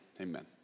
amen